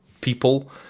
people